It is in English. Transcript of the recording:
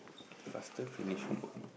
faster finish homework